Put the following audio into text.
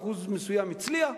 אחוז מסוים הצליח,